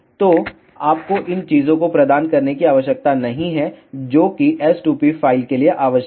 तो आपको इन चीजों को प्रदान करने की आवश्यकता नहीं है जो कि s2p फ़ाइल के लिए आवश्यक है